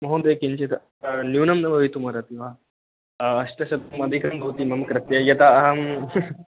महोदय किञ्चित् न्यूनं भवितुम् अर्हति वा अष्टसहस्रम् अधिकं भवति मम कृते यतः अहं